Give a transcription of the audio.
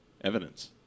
evidence